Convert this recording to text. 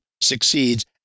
succeeds